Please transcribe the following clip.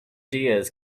diaz